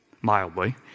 mildly